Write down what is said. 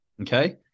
okay